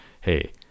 hey